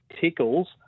Tickles